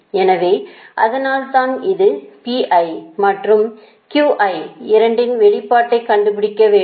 எனவே அதனால்தான் இது மற்றும் இரண்டின் வெளிப்பாட்டைக் கண்டுபிடிக்க வேண்டும்